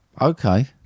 Okay